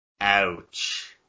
Ouch